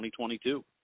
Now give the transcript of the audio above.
2022